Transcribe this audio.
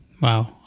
Wow